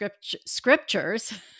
scriptures